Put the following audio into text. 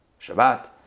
Shabbat